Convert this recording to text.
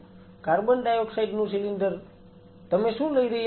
carbon dioxide નું cylinder તમે શું લઈ રહ્યા છો